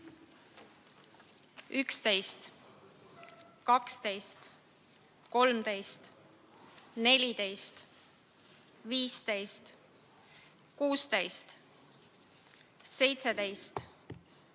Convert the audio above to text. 11, 12, 13, 14, 15, 16, 17, 18,